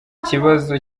kibazo